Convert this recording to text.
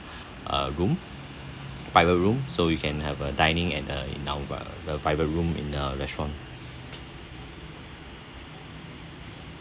a room by a room so you can have a dining and uh in our uh by a room in uh restaurant